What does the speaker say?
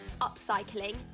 upcycling